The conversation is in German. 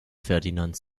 ferdinand